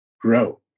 grow